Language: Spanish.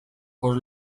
por